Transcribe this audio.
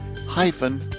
hyphen